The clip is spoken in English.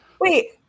Wait